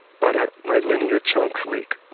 but ah my linear chunks leak.